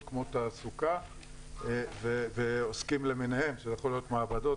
כמו תעסוקה ועוסקים למיניהם שזה יכול להיות מעבדות,